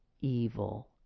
evil